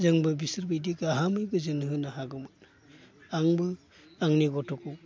जोंबो बिसोर बायदि गाहामै गोजोन होनो हागौमोन आंबो आंनि गथखौ